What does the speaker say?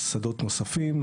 שדות נוספים.